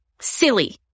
silly